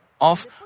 off